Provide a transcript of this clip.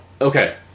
Okay